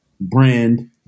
brand